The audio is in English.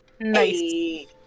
Nice